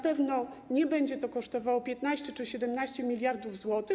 pewno nie będzie to kosztowało 15 czy 17 mld zł.